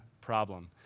problem